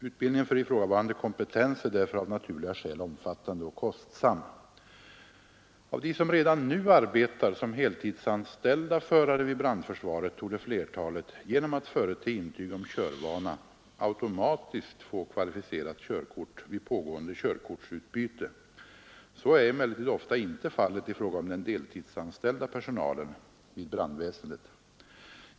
Utbildningen för ifrågavarande kompetens är därför av naturliga skäl omfattande och kostsam. Av dem som redan nu arbetar som heltidsanställda förare vid brandförsvaret torde flertalet genom att förete intyg om körvana automatiskt få kvalificerat körkort vid pågående körkortsutbyte. Så är emellertid ofta inte fallet i fråga om den deltidsanställda personalen vid brandväsendet.